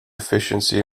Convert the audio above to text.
efficiency